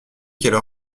qu’elle